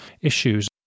issues